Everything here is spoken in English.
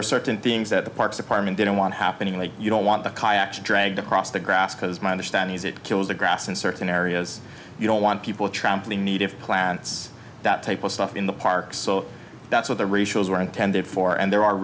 were certain things that the parks department didn't want happening like you don't want that dragged across the grass because my understanding is it kills the grass in certain areas you don't want people trampling need of plants that type of stuff in the parks so that's what the ratios were intended for and there are